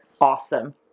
awesome